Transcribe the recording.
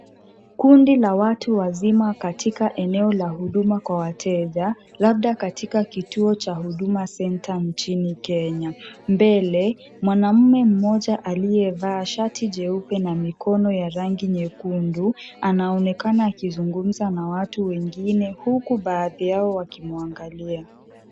Kundi la watu wazima katika eneo la huduma kwa wateja, labda katika kituo cha Huduma centre nchini Kenya. Mbele, mwanaume mmoja aliyevaa shati jeupe na mikono ya rangi nyekundu, anaonekana akizungumza na watu wengine, huku baadhi yao wakimwangalia.